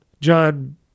John